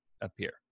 appear